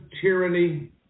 tyranny